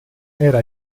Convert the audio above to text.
era